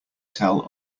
tell